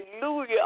hallelujah